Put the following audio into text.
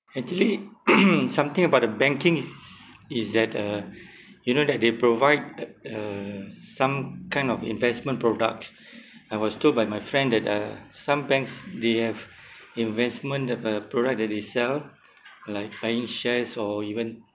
actually something about the banking is is that uh you know that they provide uh uh some kind of investment products I was told by my friend that uh some banks they have investment the uh product that they sell like buying shares or even